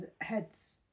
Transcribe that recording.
heads